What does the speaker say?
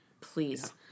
please